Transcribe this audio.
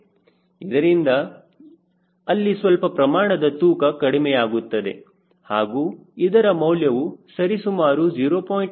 ಇದರಿಂದ ಅಲ್ಲಿ ಸ್ವಲ್ಪ ಪ್ರಮಾಣದಲ್ಲಿ ತೂಕ ಕಡಿಮೆಯಾಗುತ್ತದೆ ಹಾಗೂ ಇದರ ಮೌಲ್ಯವು ಸರಿಸುಮಾರು 0